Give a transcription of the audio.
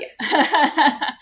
yes